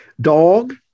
Dog